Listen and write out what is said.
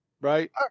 Right